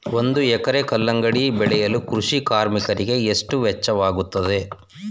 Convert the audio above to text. ಒಂದು ಎಕರೆ ಕಲ್ಲಂಗಡಿ ಬೆಳೆಯಲು ಕೃಷಿ ಕಾರ್ಮಿಕರಿಗೆ ಎಷ್ಟು ವೆಚ್ಚವಾಗುತ್ತದೆ?